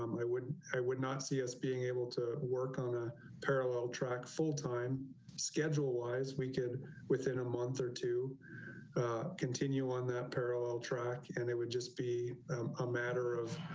um i would, i would not see us being able to work on a parallel track full time schedule wise we could within a month or two continue on that parallel track and it would just be a matter of